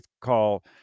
call